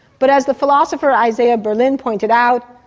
but as the philosopher isaiah berlin pointed out,